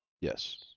Yes